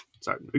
sorry